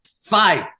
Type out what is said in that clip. Five